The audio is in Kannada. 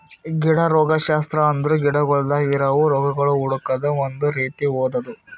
ಗಿಡ ರೋಗಶಾಸ್ತ್ರ ಅಂದುರ್ ಗಿಡಗೊಳ್ದಾಗ್ ಇರವು ರೋಗಗೊಳ್ ಹುಡುಕದ್ ಒಂದ್ ರೀತಿ ಓದದು